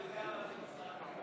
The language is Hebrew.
להודעת הממשלה שמופיעה כשנייה,